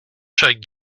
jacques